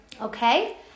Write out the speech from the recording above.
Okay